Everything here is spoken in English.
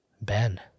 Ben